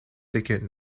thicket